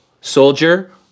soldier